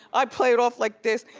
i'd play it off like this.